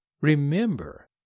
Remember